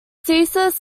thesis